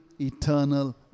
eternal